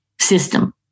system